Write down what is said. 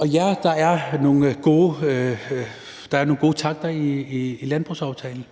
er. Ja, der er nogle gode takter i landbrugsaftalen;